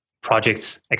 projects